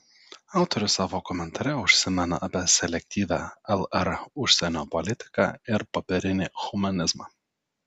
autorius savo komentare užsimena apie selektyvią lr užsienio politiką ir popierinį humanizmą